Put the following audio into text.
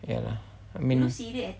ya lah I mean